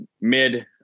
mid